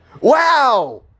Wow